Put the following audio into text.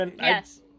Yes